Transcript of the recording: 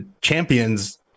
champions